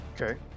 Okay